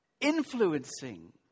influencing